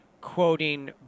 quoting